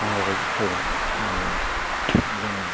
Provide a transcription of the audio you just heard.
नांगौबायदि टाइमाव मानि जोङो